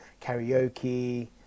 karaoke